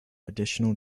additional